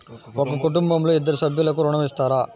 ఒక కుటుంబంలో ఇద్దరు సభ్యులకు ఋణం ఇస్తారా?